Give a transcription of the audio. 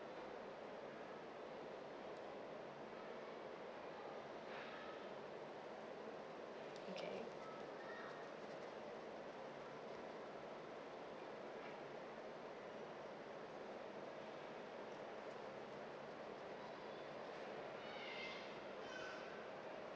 okay